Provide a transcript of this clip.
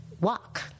walk